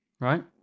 right